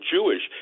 Jewish